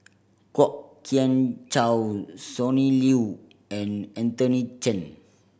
Kwok Kian Chow Sonny Liew and Anthony Chen